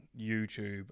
YouTube